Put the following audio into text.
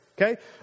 Okay